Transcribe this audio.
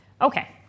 Okay